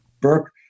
Burke